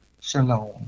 Shalom